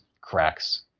cracks